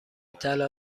طلا